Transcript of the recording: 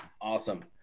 awesome